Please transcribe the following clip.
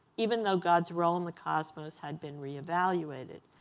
even though god's role in the cosmos had been re-evaluated.